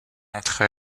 entre